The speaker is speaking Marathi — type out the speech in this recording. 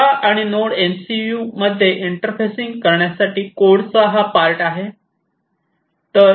लोरा आणि नोड एमसीयू मध्ये इंटरफेसिंग करण्यासाठी कोडचा हा पार्ट आहे